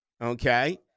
Okay